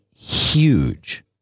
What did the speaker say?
huge